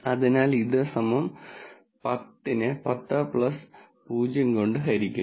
അതിനാൽ ഇത് 10 നെ 10 0 കൊണ്ട് ഹരിക്കുന്നു